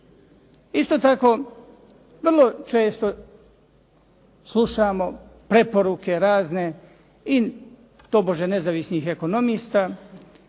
Isto tako vrlo često slušamo preporuke razne i tobože nezavisnih ekonomista,